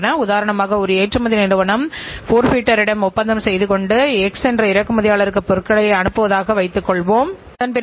நிர்வாக கட்டுப்பாட்டு அமைப்பானது பட்ஜெட்டுகள் மற்றும் செயல்திறன் அறிக்கைகள் போன்ற நிர்வாக கணக்கியல் கருவிகளைப் பயன்படுத்துகிறது